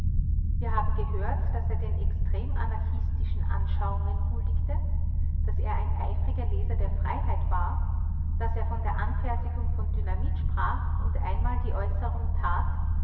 wir haben gehört daß er den extrem anarchistischen anschauungen huldigte daß er eifriger leser der freiheit war daß er von der anfertigung von dynamit sprach und einmal die äußerung tat